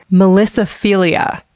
melissophilia!